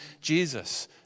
Jesus